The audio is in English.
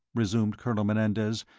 resumed colonel menendez,